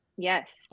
Yes